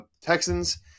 Texans